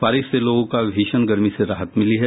बारिश से लोगों को भीषण गर्मी से राहत मिली है